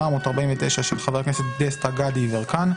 פ/1849/24 של חבר הכנסת דסטה גדי יברקן.